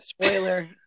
Spoiler